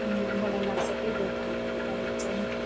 मलाई लाग्छ कि देवताहरूलाई चाहिँ